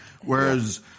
Whereas